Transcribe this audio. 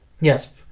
yes